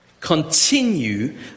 continue